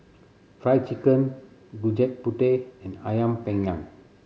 Fried Chicken Gudeg Putih and Ayam Panggang